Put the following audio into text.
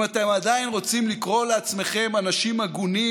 אם אתם עדיין רוצים לקרוא לעצמכם אנשים הגונים,